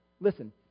Listen